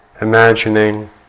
imagining